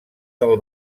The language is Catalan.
del